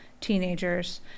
teenagers